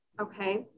Okay